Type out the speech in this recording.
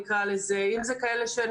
אם זה כאלה שהן